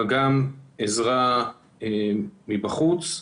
אבל גם עזרה מבחוץ.